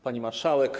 Pani Marszałek!